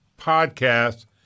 podcast